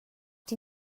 die